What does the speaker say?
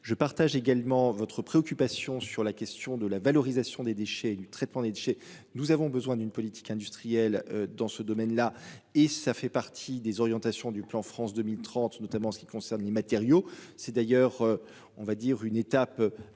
Je partage également votre préoccupation sur la question de la valorisation des déchets et du traitement des déchets. Nous avons besoin d'une politique industrielle dans ce domaine-là et ça fait partie des orientations du plan France 2030 notamment en ce qui concerne les matériaux. C'est d'ailleurs on va dire une étape